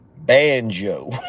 Banjo